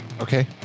Okay